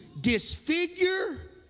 disfigure